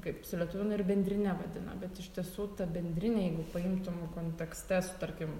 kaip sulietuvino ir bendrine vadina bet iš tiesų ta bendrinė jeigu paimtum kontekste su tarkim